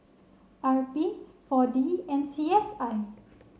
R B four D and C S I